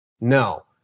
No